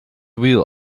wheel